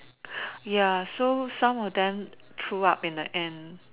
ya so some of them threw up in the end